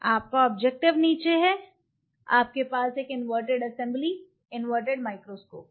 आपका ऑब्जेक्टिव नीचे है आपके पास एक इनवर्टेड असेंबली इनवर्टेड माइक्रोस्कोप है